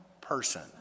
person